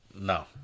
No